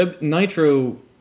Nitro